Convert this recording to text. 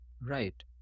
Right